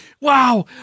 wow